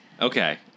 Okay